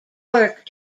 work